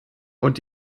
und